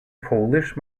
polish